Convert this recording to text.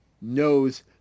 knows